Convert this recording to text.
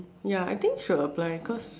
ya I think should apply cause